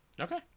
Okay